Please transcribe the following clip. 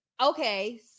Okay